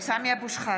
(קוראת בשם חבר הכנסת) סמי אבו שחאדה,